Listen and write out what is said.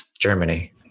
Germany